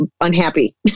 unhappy